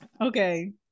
okay